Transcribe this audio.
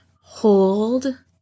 hold